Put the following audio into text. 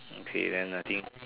okay then I think